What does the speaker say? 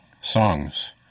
songs